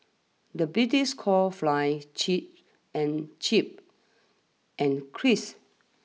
the British call fly chip and chip and crisps